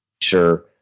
sure